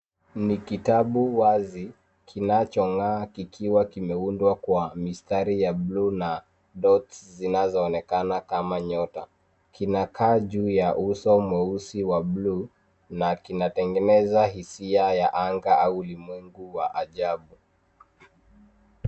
Ni kitabu wazi, kinachong'aa kikiwa kimeundwa kwa mistari ya buluu na dots zinazoonekana kama nyota. Kinakaa juu ya uso mweusi wa buluu na kinatengeneza hisia ya anga au ulimwengu wa ajabu.